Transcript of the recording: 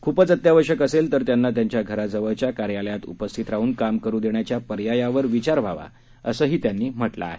खूपच अत्यावश्यक असेल तर त्यांना त्यांच्या घराजवळच्या कार्यालयात उपस्थित राहन काम करु देण्याच्या पर्यायावर विचार व्हावा असंही त्यांनी म्हटलं आहे